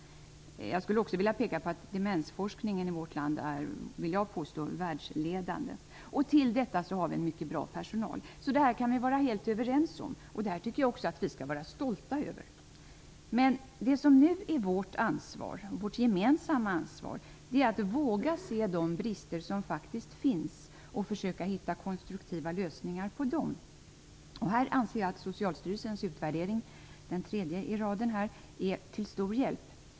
Jag vill också påstå att demensforskningen i vårt land är världsledande. Till detta har vi en mycket bra personal. Detta tycker jag att vi skall vara stolta över. Det som nu är vårt gemensamma ansvar är att våga se de brister som faktiskt finns och att försöka komma till rätta med dem på ett konstruktivt sätt. Här anser jag att den tredje av Socialstyrelsens utvärderingar är till stor hjälp.